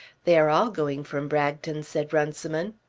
they are all going from bragton, said runciman.